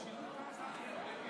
להלן